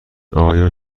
آیا